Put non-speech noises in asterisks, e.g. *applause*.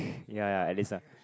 *breath* ya ya at least ah